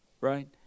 Right